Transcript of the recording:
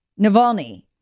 Navalny